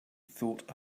thought